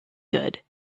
good